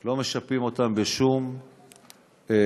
לא משפים אותם בשום נושא,